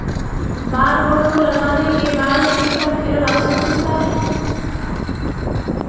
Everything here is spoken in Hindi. बारकोड को लगाने के बाद प्रीतम फिर भाषा चुनता है